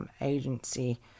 agency